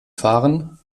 fahren